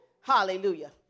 Hallelujah